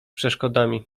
przeszkodami